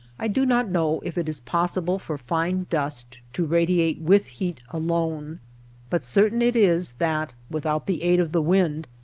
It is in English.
i do not know if it is possible for fine dust to radiate with heat alone but certain it is that, without the aid of the wind,